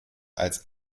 als